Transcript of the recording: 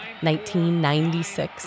1996